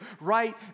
right